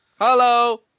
Hello